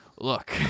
Look